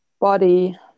body